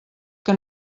que